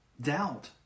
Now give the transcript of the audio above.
doubt